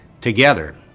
together